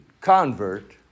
convert